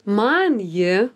man ji